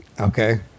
okay